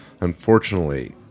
Unfortunately